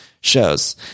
shows